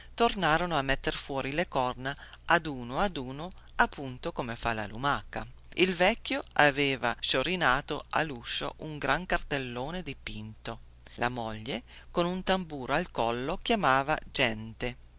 tornarono a metter fuori le corna ad uno ad uno appunto come fa la lumaca il vecchio aveva sciorinato alluscio un gran cartellone dipinto la moglie con un tamburo al collo chiamava gente